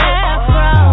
afro